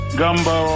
gumbo